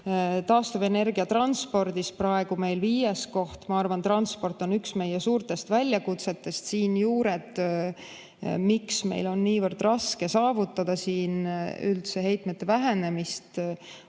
variante. Taastuvenergia transpordis – praegu on meil viies koht. Ma arvan, et transport on üks meie suurtest väljakutsetest. Selle juured, miks meil on niivõrd raske saavutada siin üldse heitmete vähenemist,